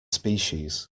species